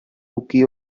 rookie